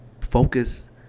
focus